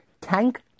Tank